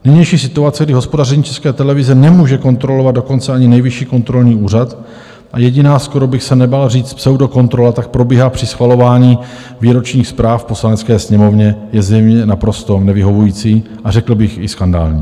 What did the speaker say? Nynější situace, kdy hospodaření České televize nemůže kontrolovat dokonce ani Nejvyšší kontrolní úřad, a jediná, skoro bych se nebál říct pseudokontrola tak probíhá při schvalování výročních zpráv v Poslanecké sněmovně, je zřejmě naprosto nevyhovující a řekl bych i skandální.